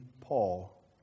Paul